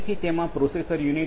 તેથી આ પીએલસી શું છે